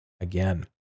again